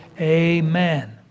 Amen